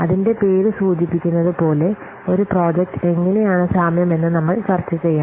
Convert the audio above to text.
അതിന്റെ പേര് സൂചിപ്പിക്കുന്നത് പോലെ ഒരു പ്രോജക്റ്റ് എങ്ങനെയാണ് സാമ്യമെന്നു നമ്മൾ ചർച്ച ചെയ്യണം